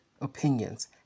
opinions